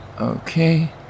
Okay